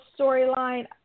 storyline